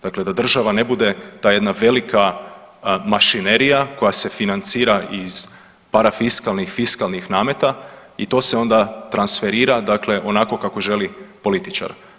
Dakle, da država ne bude ta jedna velika mašinerija koja se financira iz parafiskalnih i fiskalnih nameta i to se onda transferira dakle onako kako želi političar.